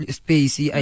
space